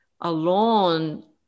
alone